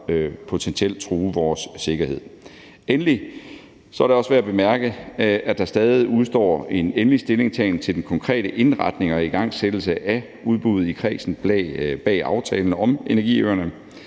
potentielt true vores sikkerhed. Endelig er det også værd at bemærke, at der stadig udestår en endelig stillingtagen til den konkrete indretning og igangsættelse af udbuddet i kredsen bag aftalen om energiøerne.